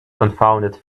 confounded